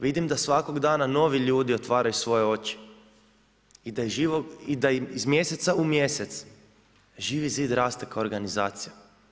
Vidim da svakog dana novi ljudi otvaraju svoje oči i da im iz mjeseca u mjesec Živi zid raste kao organizacija.